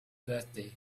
birthday